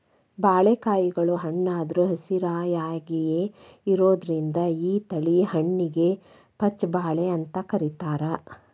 ಬಾಳಿಕಾಯಿಗಳು ಹಣ್ಣಾದ್ರು ಹಸಿರಾಯಾಗಿಯೇ ಇರೋದ್ರಿಂದ ಈ ತಳಿ ಹಣ್ಣಿಗೆ ಪಚ್ಛ ಬಾಳೆ ಅಂತ ಕರೇತಾರ